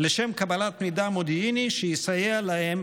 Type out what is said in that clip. לשם קבלת מידע מודיעיני שיסייע להם